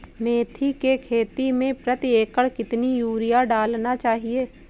मेथी के खेती में प्रति एकड़ कितनी यूरिया डालना चाहिए?